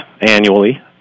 annually